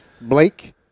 Blake